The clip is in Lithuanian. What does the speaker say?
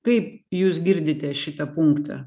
kaip jūs girdite šitą punktą